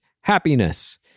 happiness